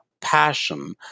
passion